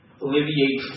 alleviate